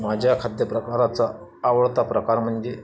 माझ्या खाद्यप्रकाराचा आवडता प्रकार म्हणजे